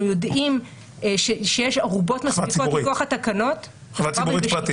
יודעים שיש ערובות מספיקות מכוח התקנות --- חברה ציבורית פרטית.